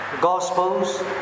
gospels